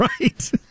Right